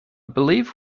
believe